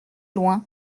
loin